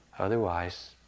Otherwise